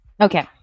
Okay